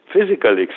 physical